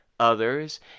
others